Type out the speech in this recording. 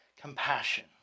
Compassion